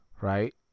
right